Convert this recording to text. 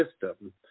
system